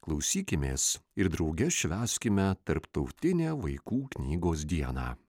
klausykimės ir drauge švęskime tarptautinę vaikų knygos dieną